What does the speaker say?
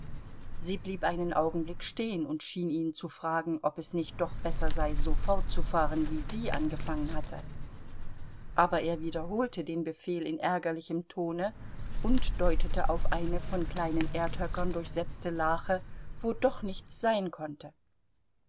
sie blieb einen augenblick stehen und schien ihn zu fragen ob es nicht doch besser sei so fortzufahren wie sie angefangen hatte aber er wiederholte den befehl in ärgerlichem tone und deutete auf eine von kleinen erdhöckern durchsetzte lache wo doch nichts sein konnte